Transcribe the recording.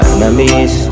Enemies